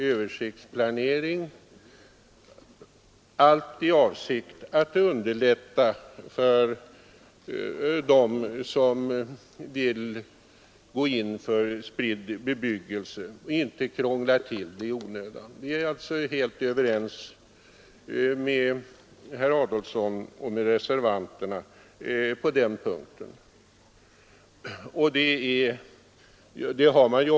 Avsikten härmed är att underlätta för de kommuner som vill gå in för en spridd bebyggelse och att inte krångla till det i onödan. Vi är alltså helt överens med reservanterna på den punkten.